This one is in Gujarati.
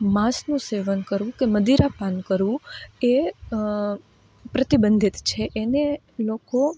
માંસનું સેવન કરવું કે મદીરાપાન કરવું એ પ્રતિબંધિત છે એને લોકો